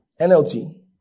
NLT